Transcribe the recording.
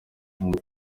nkunda